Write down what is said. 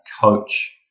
coach